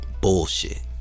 Bullshit